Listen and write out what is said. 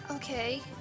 Okay